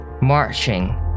marching